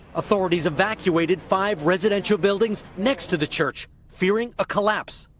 authorities evacuated five residential buildings next to the church, fearing a collapse.